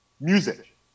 music